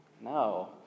No